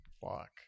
fuck